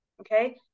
okay